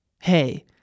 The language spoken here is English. Hey